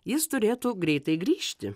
jis turėtų greitai grįžti